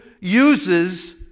uses